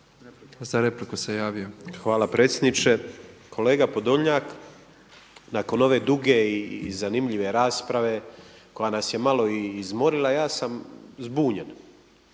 Nikola (MOST)** Hvala predsjedniče. Kolega Podolnjak, nakon ove duge i zanimljive rasprave koja nas je malo i izmorila, ja sam zbunjen.